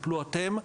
טפלו אתם,